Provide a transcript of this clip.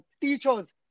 teachers